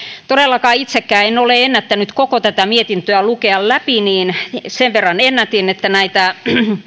todellakaan itsekään en ole ennättänyt koko tätä mietintöä lukea läpi niin sen verran ennätin että näitä